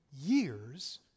years